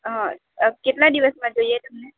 હા કેટલા દિવસમાં જોઈએ તમને